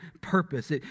purpose